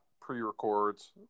Pre-records